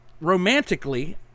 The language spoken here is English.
romantically